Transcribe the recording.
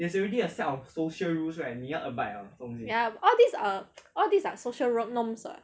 ya all this are all this are socia~ social norms [what]